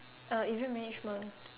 uh event management